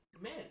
men